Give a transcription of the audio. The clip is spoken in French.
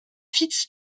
fitz